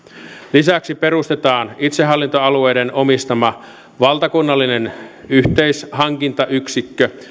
lisäksi perustetaan itsehallintoalueiden omistama valtakunnallinen yhteishankintayksikkö